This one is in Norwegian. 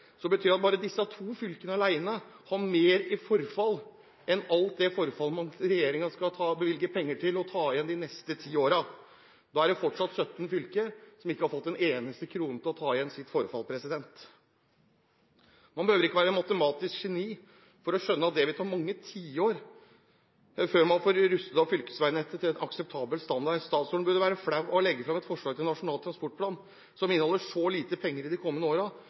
Bare disse to fylkene alene har mer i forfall enn alt det forfallet regjeringen skal bevilge penger til og ta igjen de neste ti årene. Da er det fortsatt 17 fylker som ikke har fått én eneste krone til å ta igjen sitt forfall. Man behøver ikke være matematisk geni for å skjønne at det vil ta mange tiår før man får rustet opp fylkesveinettet til en akseptabel standard. Statsråden burde være flau over å legge fram et forslag til Nasjonal transportplan som inneholder så lite penger de kommende